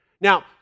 Now